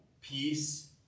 peace